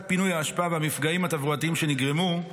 פינוי האשפה והמפגעים התברואתיים שנגרמו,